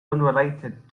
unrelated